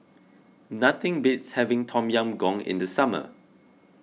nothing beats having Tom Yam Goong in the summer